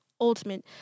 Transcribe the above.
ultimate